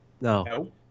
No